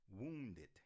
wounded